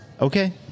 Okay